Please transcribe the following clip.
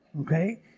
okay